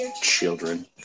children